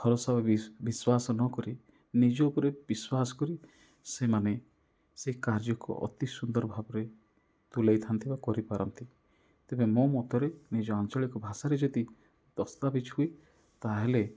ଭରସା ଓ ବିଶ୍ୱାସ ନ କରି ନିଜ ଉପରେ ବିଶ୍ୱାସ କରି ସେମାନେ ସେ କାର୍ଯ୍ୟକୁ ଅତି ସୁନ୍ଦର ଭାବରେ ତୁଲେଇଥାନ୍ତି ବା କରିପାରନ୍ତି ତେବେ ମୋ ମତରେ ନିଜ ଆଞ୍ଚଳିକ ଭାଷାରେ ଯଦି ଦସ୍ତାବିଜ ହୁଏ ତାହେଲେ